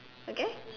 okay